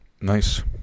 Nice